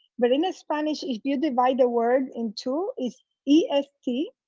but in spanish if you divide the word in two, it's e s t,